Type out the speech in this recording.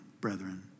brethren